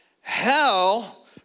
hell